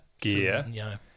gear